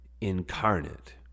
incarnate